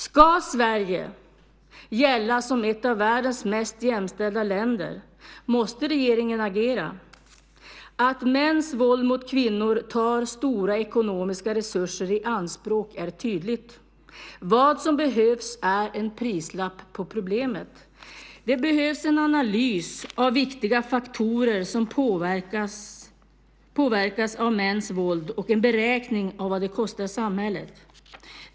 Ska Sverige gälla som ett av världens mest jämställda länder måste regeringen agera nu. Att mäns våld mot kvinnor tar stora ekonomiska resurser i anspråk är tydligt. Vad som behövs är en prislapp på problemet. Det behövs en analys av vilka faktorer som påverkas av mäns våld och en beräkning på vad det kostar samhället.